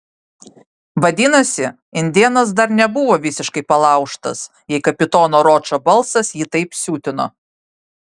vadinasi indėnas dar nebuvo visiškai palaužtas jei kapitono ročo balsas jį taip siutino